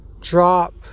drop